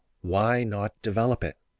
why not develop it?